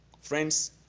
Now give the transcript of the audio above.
friends